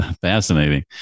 Fascinating